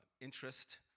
interest